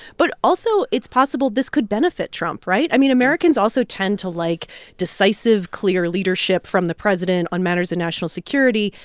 but also, it's possible this could benefit trump, right? i mean, americans also tend to like decisive, clear leadership from the president on matters of national security.